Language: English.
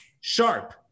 sharp